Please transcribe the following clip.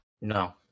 No